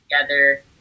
together